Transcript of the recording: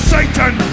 Satan